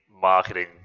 marketing